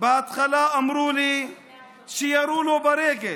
בהתחלה אמרו לי שירו לו ברגל,